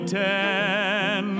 ten